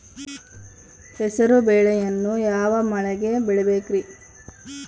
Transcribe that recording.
ಹೆಸರುಬೇಳೆಯನ್ನು ಯಾವ ಮಳೆಗೆ ಬೆಳಿಬೇಕ್ರಿ?